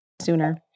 sooner